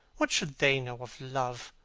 what could they know of love